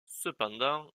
cependant